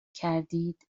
کردید